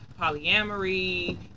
polyamory